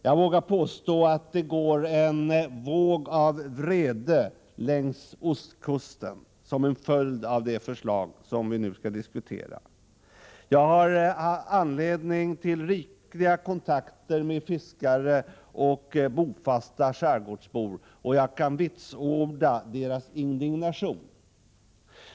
Jag vågar påstå att det går en våg av vrede längs ostkusten som en följd av det förslag som vi nu diskuterar. Jag har haft anledning till rikliga kontakter med fiskare och bofasta skärgårdsbor, och jag kan vitsorda deras indignation.